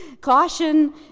caution